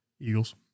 Eagles